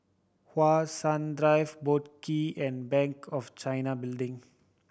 How Sun Drive Boat Quay and Bank of China Building